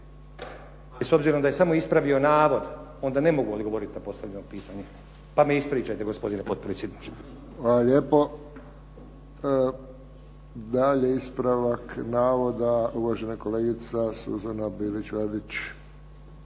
s obzirom da je samo ispravio navod, onda ne mogu odgovoriti na postavljeno pitanje. Pa me ispričajte gospodine potpredsjedniče. **Friščić, Josip (HSS)** Hvala lijepo. Dalje ispravak navoda uvažena kolegica Suzana Bilić Vardić.